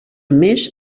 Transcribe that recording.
més